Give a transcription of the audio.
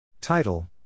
Title